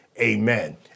Amen